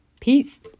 Peace